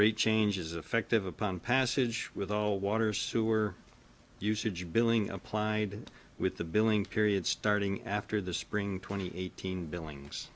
rechange is effective upon passage with all water sewer usage billing applied with the billing period starting after the spring twenty eight hundred billings